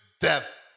death